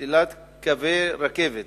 סלילת קווי רכבת